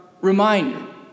reminder